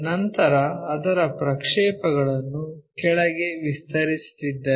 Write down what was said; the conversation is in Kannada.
ನಂತರ ಅದರ ಪ್ರಕ್ಷೇಪಗಳನ್ನು ಕೆಳಕ್ಕೆ ವಿಸ್ತರಿಸುತ್ತಿದ್ದರೆ